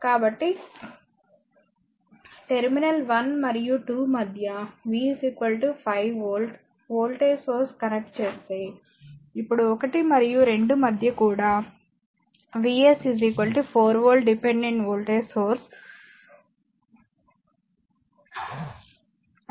కాబట్టి టెర్మినల్ 1 మరియు 2 మధ్య V 5 volt voltage source connect చేస్తే ఇప్పుడు 1 మరియు 2 మధ్య కూడా Vs 4 V dependent voltage source అనుసంధానించబడి ఉంది